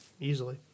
Easily